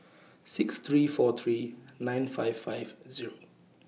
six three four three nine five five Zero